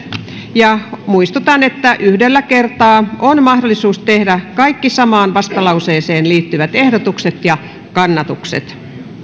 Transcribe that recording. ja muistutan että yhdellä kertaa on mahdollisuus tehdä kaikki samaan vastalauseeseen liittyvät ehdotukset ja kannatukset